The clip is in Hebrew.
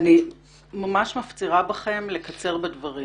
לקצר בדברים